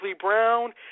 Brown